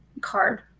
card